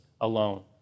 alone